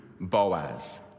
Boaz